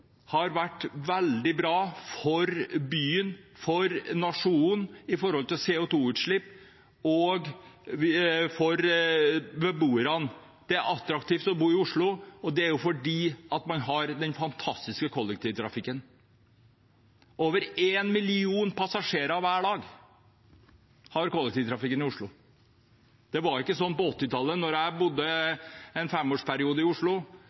har vært veldig bra for byen, for nasjonen og for beboerne med hensyn til CO 2 -utslipp. Det er attraktivt å bo i Oslo, og det er fordi man har den fantastiske kollektivtrafikken – over 1 million passasjerer hver dag er det i kollektivtrafikken i Oslo. Det var ikke slik på 1980-tallet, da jeg bodde en femårsperiode i Oslo.